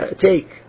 take